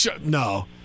No